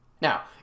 Now